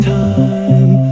time